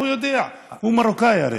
הוא יודע, הוא מרוקאי הרי.